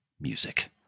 music